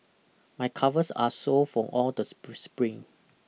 my calves are sore from all the spring